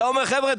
היה אומר: חבר'ה,